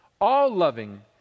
all-loving